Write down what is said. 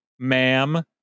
ma'am